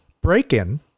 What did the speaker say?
Break-In